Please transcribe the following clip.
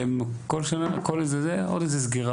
שכל רגע, עוד איזה סגירה,